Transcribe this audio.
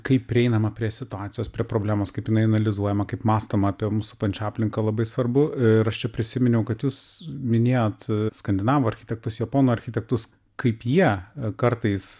kaip prieinama prie situacijos prie problemos kaip jinai analizuojama kaip mąstoma apie mus supančią aplinką labai svarbu ir aš čia prisiminiau kad jūs minėjot a skandinavų architektus japonų architektus kaip jie kartais